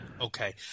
Okay